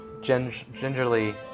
gingerly